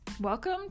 Welcome